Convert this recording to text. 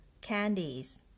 candies